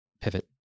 pivot